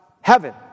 heaven